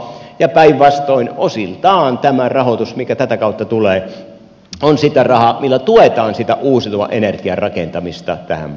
ja päinvastoin osiltaan tämä rahoitus mikä tätä kautta tulee on sitä rahaa millä tuetaan sitä uusiutuvan energian rakentamista tähän maahan